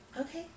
Okay